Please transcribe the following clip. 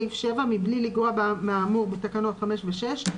7. מבלי לגרוע מהאמור בתקנות 5 ו-6,